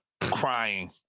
crying